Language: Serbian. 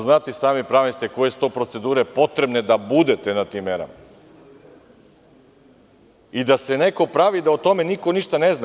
Znate i sami, pravnik ste, koje su to procedure potrebne da budete na tim merama i da se neko pravi da o tome niko ništa ne zna.